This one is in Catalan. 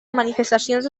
manifestacions